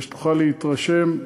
כדי שתוכל להתרשם.